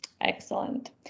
Excellent